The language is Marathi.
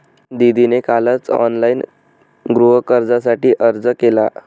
दीदीने कालच ऑनलाइन गृहकर्जासाठी अर्ज केला